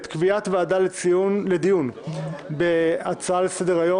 אנחנו עוברים לנושא הבא: קביעת ועדה לדיון בהצעה לסדר-היום